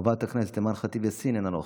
חברת הכנסת אימאן ח'טיב יאסין, אינה נוכחת,